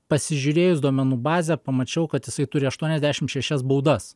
pasižiūrėjus duomenų bazę pamačiau kad jisai turi aštuoniasdešimt šešias baudas